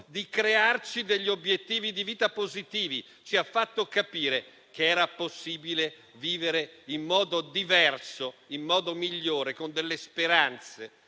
di crearci degli obiettivi di vita positivi; ci ha fatto capire che era possibile vivere in modo diverso, in modo migliore e con delle speranze